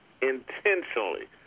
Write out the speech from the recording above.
intentionally